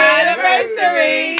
anniversary